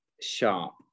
Sharp